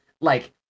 Like-